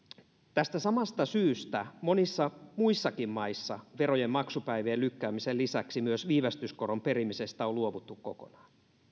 tästä samasta syystä monissa muissakin maissa verojen maksupäivien lykkäämisen lisäksi myös viivästyskoron perimisestä on luovuttu kokonaan